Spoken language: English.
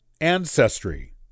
Ancestry